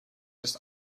ist